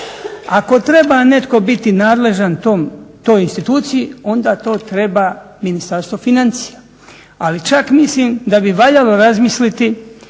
Ako treba netko biti nadležan toj instituciji onda to treba Ministarstvo financija, ali čak mislim da bi valjalo razmisliti